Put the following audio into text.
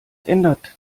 ändert